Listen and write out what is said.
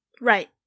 Right